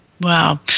Wow